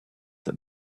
that